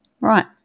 right